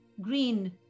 green